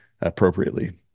appropriately